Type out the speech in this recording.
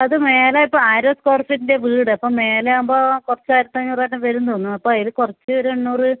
അത് മേലെ ഇപ്പം ആയിരം സ്കൊയർ ഫീറ്റിൻ്റെ വീട് അപ്പം മേലെയാകുമ്പോൾ കുറച്ച് ആയിരത്തഞ്ഞൂറ് വരും തോന്നുന്നു അപ്പോൾ അതിൽ കുറച്ച് ഒരു എണ്ണൂറ്